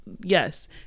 Yes